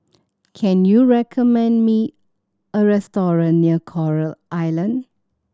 can you recommend me a restaurant near Coral Island